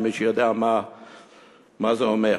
אם מישהו יודע מה זה אומר.